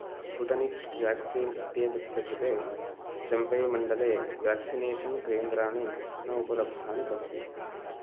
Sputnik vaccine इत्येतस्य कृते चम्पैमण्डले व्याक्सिनेषन् केन्द्राणि न उपलब्धानि सन्ति